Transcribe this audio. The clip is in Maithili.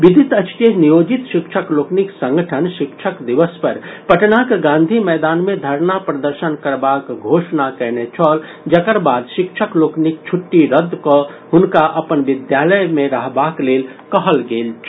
विदित अछि जे नियोजित शिक्षक लोकनिक संगठन शिक्षक दिवस पर पटनाक गांधी मैदान मे धरना प्रदर्शन करबाक घोषणा कयने छल जकर बाद शिक्षक लोकनिक छुट्टी रद्द कऽ हुनका अपन विद्यालय मे रहबाक लेल कहल गेल छल